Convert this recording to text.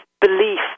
belief